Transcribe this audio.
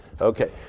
Okay